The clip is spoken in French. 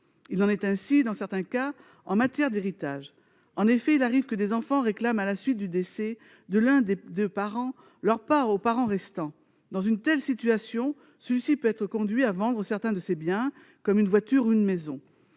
Il en est ainsi, dans certains cas, en matière d'héritage. En effet, il arrive que, à la suite du décès de l'un de leurs parents, des enfants réclament leur part au parent survivant. Dans une telle situation, celui-ci peut être conduit à vendre certains de ses biens, comme une voiture ou une maison.